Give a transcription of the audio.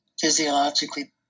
physiologically